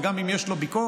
וגם אם יש לו ביקורת,